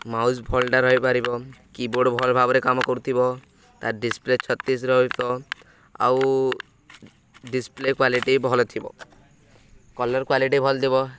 mouse ଭଲଟା ରହିପାରିବ keyboard ଭଲ ଭାବରେ କାମ କରୁଥିବ ତା'ର ଡିସପ୍ଲେ ଛତିଶ ରହିତ ଆଉ ଡିସପ୍ଲେ କ୍ଵାଲିଟି ଭଲ ଥିବ କଲର୍ କ୍ଵାଲିଟି ଭଲ ଥିବ